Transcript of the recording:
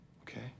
Okay